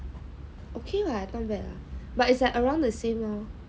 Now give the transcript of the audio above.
okay lah not bad lah but it's like around the same lor